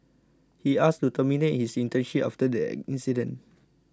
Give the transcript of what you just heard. he asked to terminate his internship after the incident